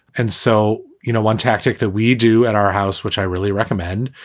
and so, you know, one tactic that we do at our house, which i really recommend,